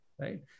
Right